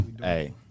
Hey